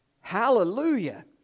Hallelujah